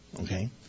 Okay